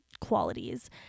qualities